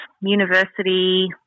university